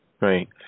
right